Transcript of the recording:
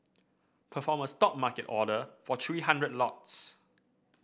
perform a Stop market order for three hundred lots